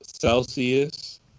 Celsius